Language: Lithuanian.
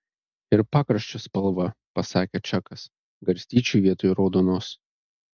ir pakraščio spalva pasakė čakas garstyčių vietoj raudonos